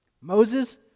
Moses